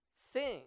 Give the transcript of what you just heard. Sing